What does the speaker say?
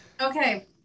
Okay